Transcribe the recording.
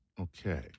okay